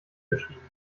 geschrieben